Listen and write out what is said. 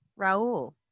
Raul